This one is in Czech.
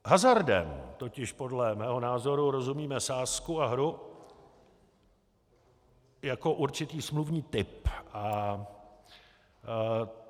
Hazardem totiž podle mého názoru rozumíme sázku a hru jako určitý smluvní typ.